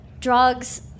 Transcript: drugs